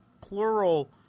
plural